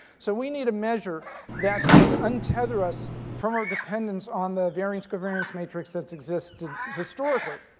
so we need a measure that can untether us from our dependence on the variance-covariance matrix that's existed historically.